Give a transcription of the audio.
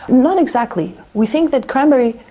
not exactly. we think that cranberry,